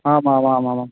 आमामामामम्